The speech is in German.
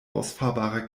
ausfahrbarer